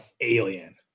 alien